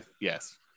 yes